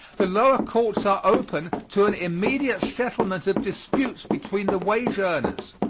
the lower courts are open to an immediate settlement of disputes between the wage earners,